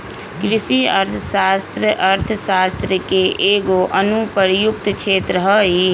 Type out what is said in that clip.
कृषि अर्थशास्त्र अर्थशास्त्र के एगो अनुप्रयुक्त क्षेत्र हइ